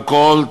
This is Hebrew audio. באלכוהול,